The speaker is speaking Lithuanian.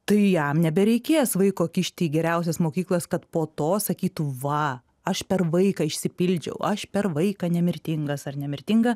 tai jam nebereikės vaiko kišti į geriausias mokyklas kad po to sakytų va aš per vaiką išsipildžiau aš per vaiką nemirtingas ar nemirtinga